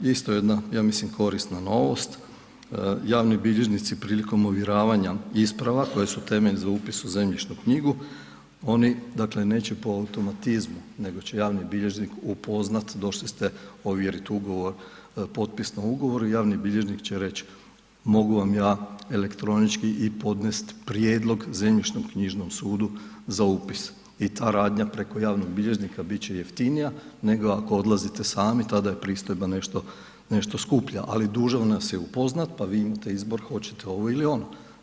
Isto jedna ja mislim korisna novost, javni bilježnici prilikom ovjeravanja isprava koje su temelj za upis u zemljišnu knjigu, oni dakle neće po automatizmu, nego će javni bilježnik upoznat, došli ste ovjeriti ugovor, potpis na ugovoru, javni bilježnik će reći mogu vam ja elektronički i podnesti prijedlog zemljišno-knjižnom sudu za upis i ta radnja preko javnog bilježnika bit će jeftinija nego ako odlazite sami, tada je pristojba nešto skuplja ali dužan nas je upoznati pa vi imate izbor hoćete ovo ili ono.